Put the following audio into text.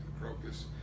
Crocus